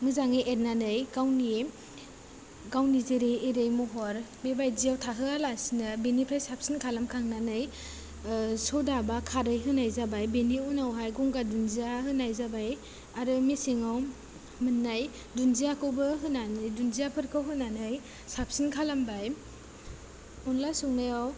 मोजाङै एरनानै गावनि गावनि जेरै एरै महर बेबायदियाव थाहोवालासेनो बेनिफ्राय साबसिन खालामखांनानै सदा बा खारै होनाय जाबाय बेनि उनावहाय गंगार दुन्दिया होनाय जाबाय आरो मेसेङाव मोननाय दुन्दियाखौबो होनानै दुन्दियाफोरखौ होनानै साबसिन खालामबाय अनला संनायाव